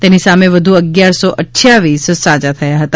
તેની સામે વધુ અગ્યારસો અઠ્ઠાવીસ સાજા થયા હતા